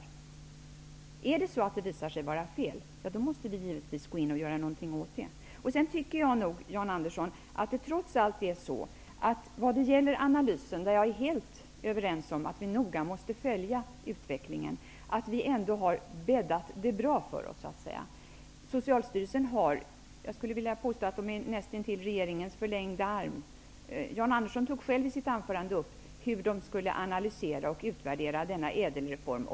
Visar det sig att det är fel, måste vi givetvis göra något åt det. Jag är helt överens om att vi noga måste följa utvecklingen i denna analys. Men vi har ändå bäddat bra för oss. Socialstyrelsen är näst intill regeringens förlängda arm. Jan Andersson tog själv upp i sitt anförande hur Socialstyrelsen skall analysera och utvärdera ÄDEL-reformen.